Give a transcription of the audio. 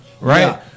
right